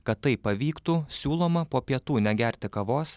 kad tai pavyktų siūloma po pietų negerti kavos